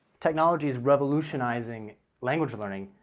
technology is revolutionizing language learning,